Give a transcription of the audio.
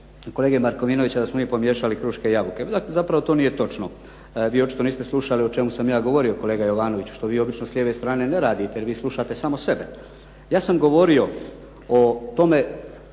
kolege Markovinovića, da smo mi pomiješali kruške i jabuke. Zapravo to nije točno. Vi očito niste slušali o čemu sam ja govorio kolega Jovanoviću, što vi obično s lijeve strane ne radite jer vi slušate samo sebe. Ja sam govorio o tome